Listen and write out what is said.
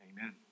Amen